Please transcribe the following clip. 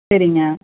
சரிங்க